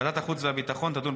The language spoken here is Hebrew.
בעד, עשרה, אין נגד, אין נמנעים.